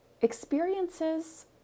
experiences